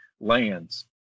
lands